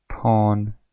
Pawn